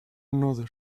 another